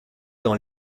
dans